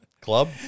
club